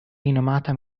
rinomata